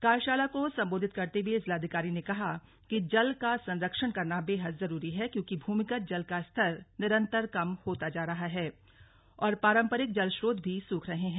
कार्यशाला को संबोधित करते हुए जिलाधिकारी ने कहा कि जल का संरक्षण करना बेहद जरूरी है क्योंकि भूमिगत जल का स्तर निरन्तर कम होता जा रहा है और पारम्परिक जल च्रोत भी सूख रहे हैं